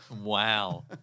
Wow